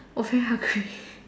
oh very hungry